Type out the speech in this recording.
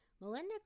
Melinda